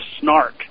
snark